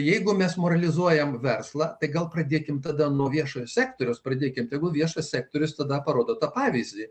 jeigu mes moralizuojame verslą tai gal pradėkime tada nuo viešojo sektoriaus pradėkit tegu viešas sektorius tada parodo tą pavyzdį